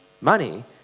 money